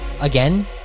Again